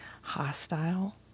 hostile